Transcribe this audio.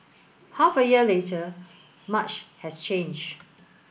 half a year later much has changed